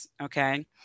okay